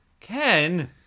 Ken